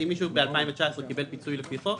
אם מישהו ב-2019 קיבל פיצוי לפי חוק